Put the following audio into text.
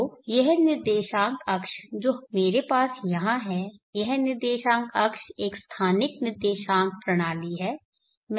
तो यह निर्देशांक अक्ष जो मेरे पास यहां है यह निर्देशांक अक्ष एक स्थानिक निर्देशांक प्रणाली है